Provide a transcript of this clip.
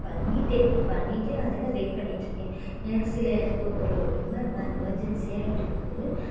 பண்ணிட்டேன் பண்ணிட்டு அதுக்கு வெயிட் பண்ணிகிட்ருக்கேன் எனக்கு சில எனக்கு ஒரு எம எம எமர்ஜென்சியாக இருக்குது